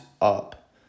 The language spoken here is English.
up